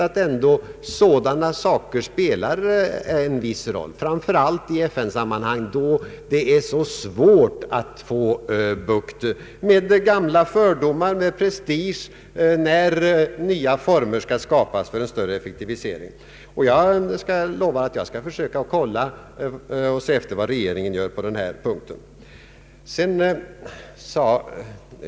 Vi vet ändå att sådana saker spelar en viss roll, framför allt i FN-sammanhang, där det är mycket svårt att få bukt med gamla fördomar och prestige när nya former skall skapas för en effektivisering. Jag lovar att jag skall söka se efter vad regeringen gör på denna punkt.